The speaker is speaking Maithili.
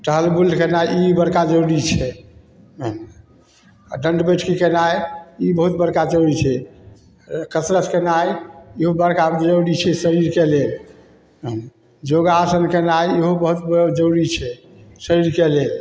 टहल बुल केनाइ ई बड़का जरुरी छै हँ आ दण्डबैठकी केनाइ ई बहुत बड़का जरुरी छै कसरत केनाइ इहो बड़का जरुरी छै शरीरके लिए हूँ योगासन केनाइ बहुत बड़का जरुरी छै शरीरके लिए